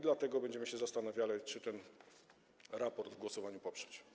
Dlatego będziemy się zastanawiali, czy ten raport w głosowaniu poprzeć.